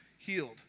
healed